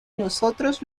nosotros